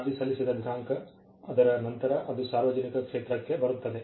ಅರ್ಜಿ ಸಲ್ಲಿಸಿದ ದಿನಾಂಕ ಅದರ ನಂತರ ಅದು ಸಾರ್ವಜನಿಕ ಕ್ಷೇತ್ರಕ್ಕೆ ಬರುತ್ತದೆ